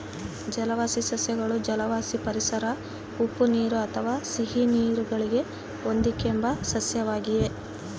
ಜಲವಾಸಿ ಸಸ್ಯಗಳು ಜಲವಾಸಿ ಪರಿಸರ ಉಪ್ಪುನೀರು ಅಥವಾ ಸಿಹಿನೀರು ಗಳಿಗೆ ಹೊಂದಿಕೆಂಬ ಸಸ್ಯವಾಗಿವೆ